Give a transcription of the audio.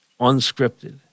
unscripted